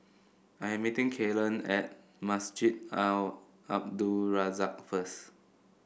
I am meeting Kalen at Masjid Al Abdul Razak first